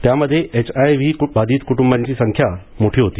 त्यामध्ये H I V बाधित कुटुंबांची संख्या मोठी होती